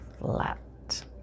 flat